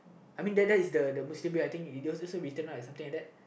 I mean that that's the the Muslim way I think it is also written right something like that